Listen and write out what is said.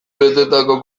betetako